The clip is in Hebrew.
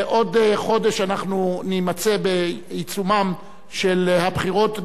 בעוד חודש נימצא בעיצומן של הבחירות,